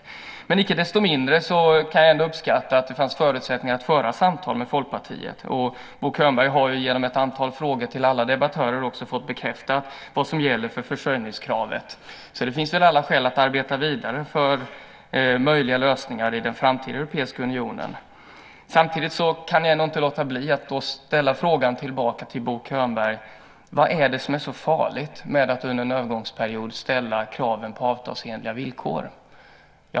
Icke desto mindre uppskattar jag att det fanns förutsättningar att föra samtal med Folkpartiet. Bo Könberg har genom ett antal frågor till alla debattörer fått bekräftat vad som gäller för försörjningskravet. Så det finns alla skäl att arbeta vidare för möjliga lösningar i den framtida europeiska unionen. Samtidigt kan jag inte låta bli att ställa frågan tillbaka till Bo Könberg: Vad är det som är så farligt med att under en övergångsperiod ställa krav på avtalsenliga villkor?